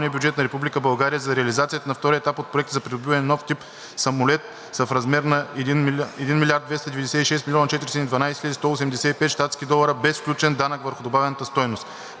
България за реализацията на втория етап на проекта за придобиване на нов тип боен самолет са в размер на 1 млрд. 296 млн. 412 хил. 185 щатски долара, без включен данък върху добавената стойност.